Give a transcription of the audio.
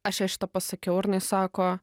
aš jai šitą pasakiau ir jinai sako